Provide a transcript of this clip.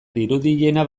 dirudiena